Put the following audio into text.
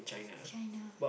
China